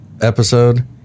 episode